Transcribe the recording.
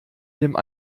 dem